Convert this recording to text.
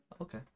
Okay